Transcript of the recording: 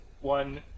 one